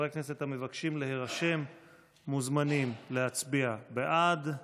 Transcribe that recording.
להירשם מוזמנים להצביע בעד.